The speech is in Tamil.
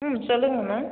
ம் சொல்லுங்கள் மேம்